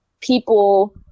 people